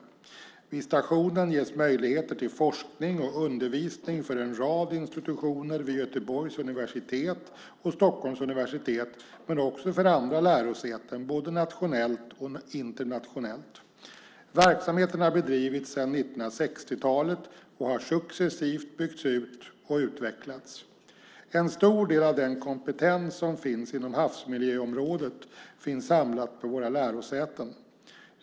Vid stationen ges möjligheter till forskning och undervisning för en rad institutioner vid Göteborgs universitet och Stockholms universitet men också för andra lärosäten både nationellt och internationellt. Verksamheten har bedrivits sedan 1960-talet och har successivt byggts ut och utvecklats. En stor del av den kompetens som finns inom havsmiljöområdet finns samlad på våra lärosäten.